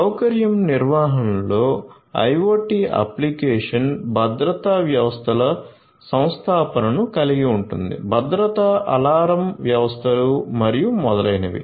సౌకర్యం నిర్వహణలో IoT application భద్రతా వ్యవస్థల సంస్థాపనను కలిగి ఉంటుంది భద్రతా అలారం వ్యవస్థలు మరియు మొదలైనవి